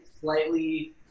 slightly